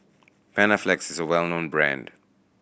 Panaflex is a well known brand